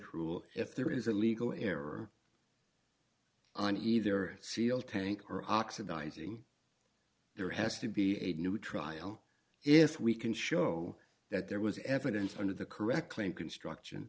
cruel if there is a legal error on either seal tank or oxidizing there has to be a new trial if we can show that there was evidence under the correct claim construction